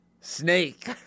Snake